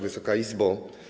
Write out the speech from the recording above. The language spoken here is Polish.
Wysoka Izbo!